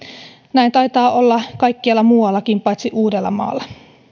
näin taitaa olla kaikkialla muuallakin paitsi uudellamaalla